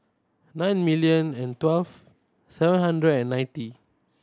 nine million and twelve seven hundred and ninety